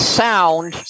sound